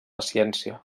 ciència